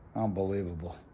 unbelievable.